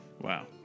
Wow